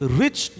rich